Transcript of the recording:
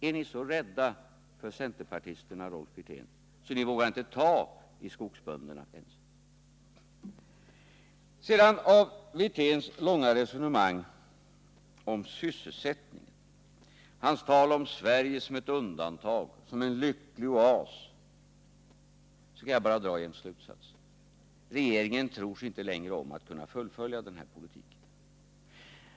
Är ni så rädda för centerpartisterna, Rolf Wirtén, att ni inte ens vågar ta i skogsbönderna? Av Rolf Wirténs långa resonemang om sysselsättning, hans tal om Sverige som ett undantag, som en lycklig oas, kan jag bara dra en slutsats. Regeringen tror sig inte längre om att kunna fullfölja den här politiken.